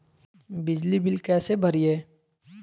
बिजली बिल कैसे भरिए?